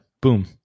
Boom